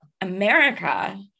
America